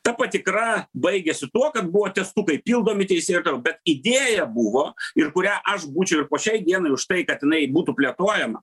ta patikra baigėsi tuo kad buvo testukai pildomi teisėjo bet idėja buvo ir kurią aš būčiau ir po šiai dienai už tai kad jinai būtų plėtojama